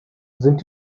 sind